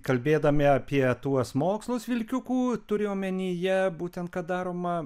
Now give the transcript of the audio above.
kalbėdami apie tuos mokslus vilkiukų turiu omenyje būtent kad daroma